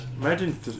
Imagine